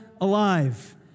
alive